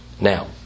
Now